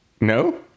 no